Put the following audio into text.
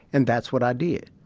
and that's what i did.